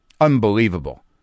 Unbelievable